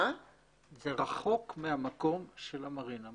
זה רחוק מהמקום של המרינה.